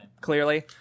clearly